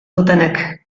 dutenek